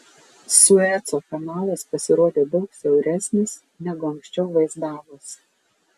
sueco kanalas pasirodė daug siauresnis negu anksčiau vaizdavosi